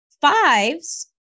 Fives